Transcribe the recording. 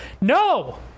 no